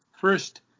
first